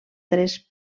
tres